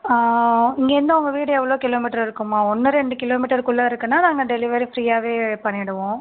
ஆ இங்கேர்ந்து உங்கள் வீடு எவ்வளோ கிலோ மீட்டர் இருக்கும்மா ஒன்று ரெண்டு கிலோ மீட்டருக்குள்ளே இருக்குன்னா நாங்கள் டெலிவரி ஃப்ரீயாகவே பண்ணிவிடுவோம்